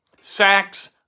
Sacks